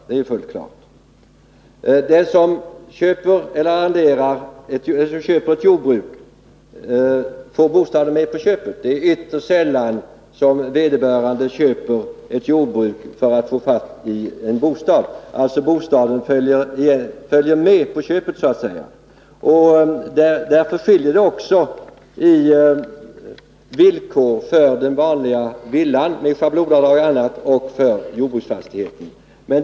Men den som köper ett jordbruk får ju en bostad på köpet. Ytterst sällan köper någon ett jordbruk för att få tag i en bostad. Bostaden följer alltså så att säga med på köpet. Därför är villkoren olika för vanliga villor med schablonavdrag m.m. och jordbruksfastigheter.